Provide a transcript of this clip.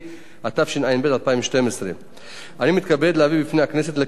התשע"ב 2012. אני מתכבד להביא בפני הכנסת לקריאה הראשונה